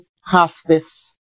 hospice